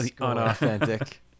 Unauthentic